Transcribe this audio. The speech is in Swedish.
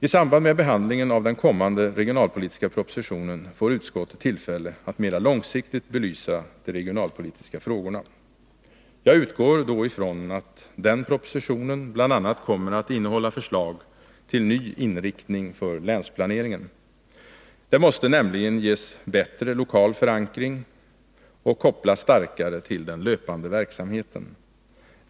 I samband med behandlingen av den kommande regionalpolitiska propositionen får utskottet tillfälle att mera långsiktigt belysa de regionalpolitiska frågorna. Jag utgår från att den propositionen bl.a. kommer att innehålla förslag till ny inriktning för länsplaneringen. Den måste nämligen ges bättre lokal förankring och kopplas starkare till den löpande verksamheten.